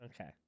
Okay